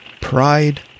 pride